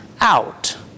Out